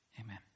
Amen